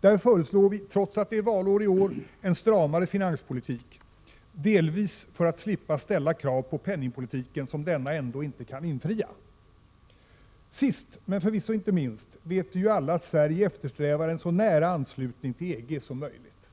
Där föreslår vi —trots att det är valår i år — en stramare finanspolitik, delvis för att slippa ställa krav på penningpolitiken som denna ändå inte kan infria. Sist — men förvisso inte minst — vet vi ju alla att Sverige eftersträvar en så nära anslutning till EG som möjligt.